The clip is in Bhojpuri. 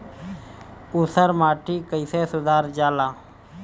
ऊसर माटी कईसे सुधार जाला?